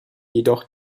jedoch